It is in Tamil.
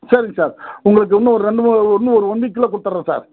சரிங்க சார் உங்களுக்கு இன்னும் ஒரு ரெண்டு மூணு இன்னும் ஒரு ஒன் வீக்கில் கொடுத்தர்றோம் சார்